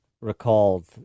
recalled